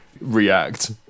react